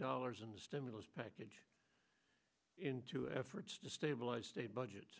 dollars in the stimulus package into efforts to stabilize state budgets